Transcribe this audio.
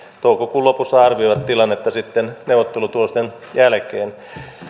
toukokuun lopussa arvioivat tilannetta sitten neuvottelutulosten jälkeen